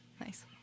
nice